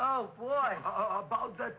oh boy oh about th